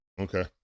Okay